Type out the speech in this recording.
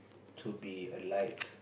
to be a light